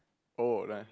oh right